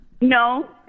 No